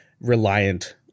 reliant